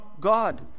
God